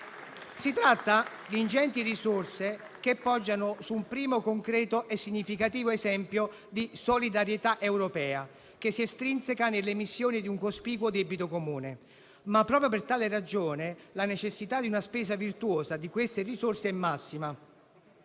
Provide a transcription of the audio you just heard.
Si tratta di ingenti risorse che poggiano su un primo concreto e significativo esempio di solidarietà europea, che si estrinseca nell'emissione di un cospicuo debito comune. Ma proprio per tale ragione, la necessità di una spesa virtuosa di queste risorse è massima.